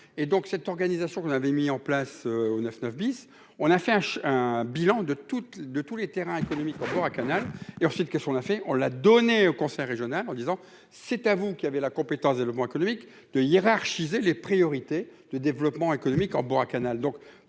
et donc, cette organisation qu'on avait mis en place au 9 9 bis. On a fait un, un bilan de toutes de tous les terrains économiques encore à Canal et ensuite qu'est-ce qu'on a fait on l'a donnée au conseil régional en disant c'est à vous qu'il avait la compétence des le mois économique de hiérarchiser les priorités de développement économique en bois Canal